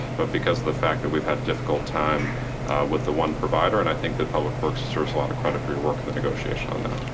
but because of the fact that we've had a difficult time with the one provider and i think that public works deserves a lot of credit for your work and the negotiation on that,